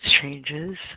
changes